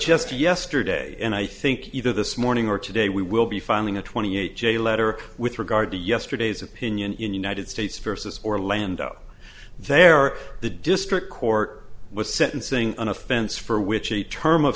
just yesterday and i think either this morning or today we will be filing a twenty eight j letter with regard to yesterday's opinion in united states versus orlando they are the district court was sentencing an offense for which the term of